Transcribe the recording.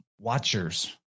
watchers